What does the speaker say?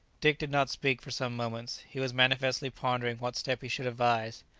dick did not speak for some moments. he was manifestly pondering what step he should advise.